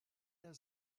der